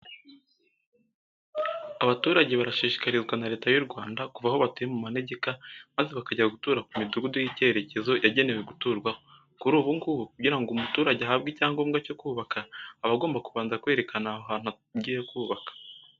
Abaturage barashishikarizwa na Leta y'u Rwanda kuva aho batuye mu manegeka, maze bakajya gutura ku midugudu y'icyerekezo yagenewe guturwaho. Kuri ubu ngubu kugira ngo umuturage ahabwe icyangombwa cyo kubaka, aba agomba kubanza kwerekana ahantu agiye kubaka.